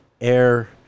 air